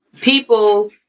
people